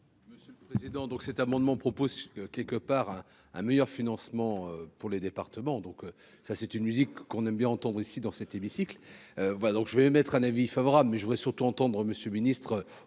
donc, donc, cet amendement propose quelque part un meilleur financement pour les départements, donc ça c'est une musique qu'on aime bien entendre ici dans cet hémicycle, voilà donc je vais mettre un avis favorable mais je voudrais surtout entendre Monsieur le Ministre,